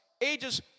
ages